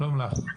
שלום לך,